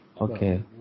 Okay